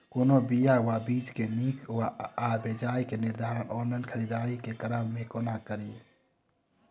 कोनों बीया वा बीज केँ नीक वा बेजाय केँ निर्धारण ऑनलाइन खरीददारी केँ क्रम मे कोना कड़ी?